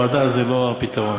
ועדה זה לא הפתרון,